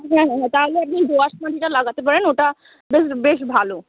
হ্যাঁ হ্যাঁ তাহলে আপনি দোআঁশ মাটিটা লাগাতে পারেন ওটা বেশ বেশ ভালো